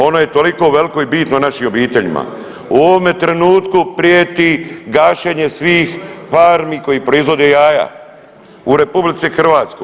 Ono je toliko veliko i bitno našim obiteljima, u ovome trenutku prijeti gašenje svih farmi koje proizvode jaja u RH.